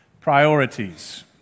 priorities